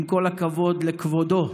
עם כל הכבוד לכבודו,